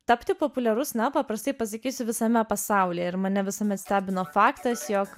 tapti populiarus na paprastai pasakysiu visame pasaulyje ir mane visuomet stebino faktas jog